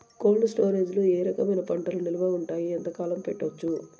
Cold storage లో ఏ రకమైన పంటలు నిలువ ఉంటాయి, ఎంతకాలం పెట్టొచ్చు?